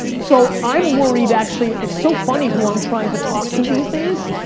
so i'm worried actually, it's so funny who i'm trying to talk to these days,